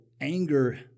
anger